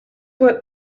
what